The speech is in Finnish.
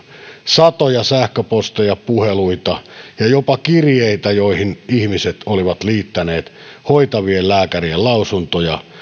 satoja sähköposteja puheluita ja jopa kirjeitä joihin ihmiset olivat liittäneet hoitavien lääkärien lausuntoja